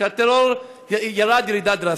שהטרור ירד ירידה דרסטית.